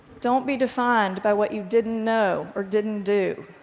don't be defined by what you didn't know or didn't do.